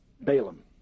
Balaam